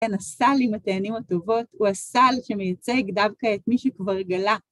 כן, הסל עם התאנים הטובות הוא הסל שמייצג דווקא את מי שכבר גלה.